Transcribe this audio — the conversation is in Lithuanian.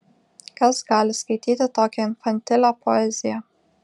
kas gali skaityti tokią infantilią poeziją